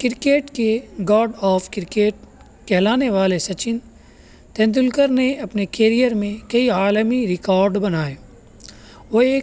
cricket کے god of cricket کہلانے والے سچن تندولکر نے اپنے کیریئر میں کئی عالمی ریکارڈ بنائے وہ ایک